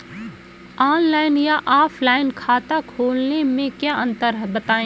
Online या offline खाता खोलने में क्या अंतर है बताएँ?